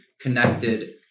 connected